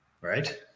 right